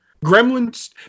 Gremlins